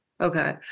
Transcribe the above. Okay